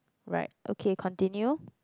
right okay continue